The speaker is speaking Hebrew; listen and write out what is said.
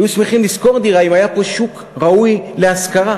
היו שמחים לשכור דירה אם היה פה שוק ראוי להשכרה,